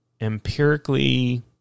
empirically